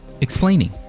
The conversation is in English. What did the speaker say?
explaining